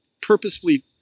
purposefully